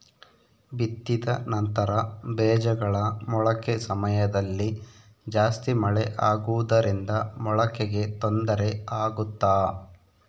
ಬಿತ್ತಿದ ನಂತರ ಬೇಜಗಳ ಮೊಳಕೆ ಸಮಯದಲ್ಲಿ ಜಾಸ್ತಿ ಮಳೆ ಆಗುವುದರಿಂದ ಮೊಳಕೆಗೆ ತೊಂದರೆ ಆಗುತ್ತಾ?